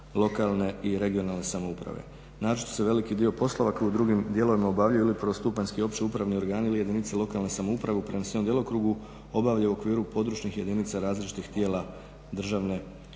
lokalne i regionalne samouprave. Na što se veliki dio poslova, kao i u drugim dijelovima obavlja ili prvostupanjski opće-upravni organi ili jedinice lokalne samouprave i uprave u svom djelokrugu, obavljaju u okviru područnih jedinica različitih tijela državne uprave.